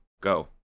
go